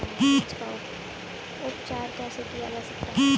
बीज का उपचार कैसे किया जा सकता है?